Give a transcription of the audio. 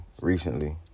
recently